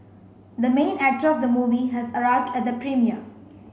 the main actor of the movie has arrived at the premiere